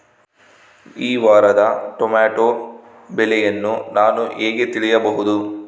ಈ ವಾರದ ಟೊಮೆಟೊ ಬೆಲೆಯನ್ನು ನಾನು ಹೇಗೆ ತಿಳಿಯಬಹುದು?